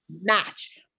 match